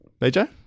BJ